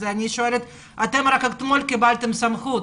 רק אתמול קיבלתם סמכות.